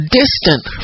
distant